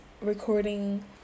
recording